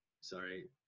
sorry